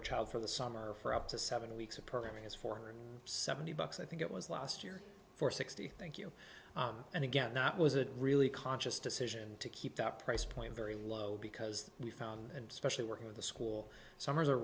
a child for the summer for up to seven weeks of programming is four hundred seventy bucks i think it was last year for sixty thank you and again not was a really conscious decision to keep the price point very low because we found and specially working with the school summer is a re